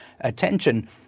attention